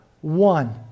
one